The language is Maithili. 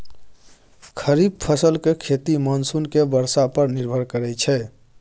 खरीफ फसल के खेती मानसून के बरसा पर निर्भर करइ छइ